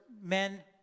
men